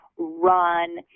Run